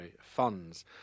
Funds